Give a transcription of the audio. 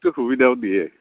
সেইটো সুবিধাও দিয়ে